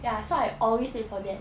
ya so I always late for that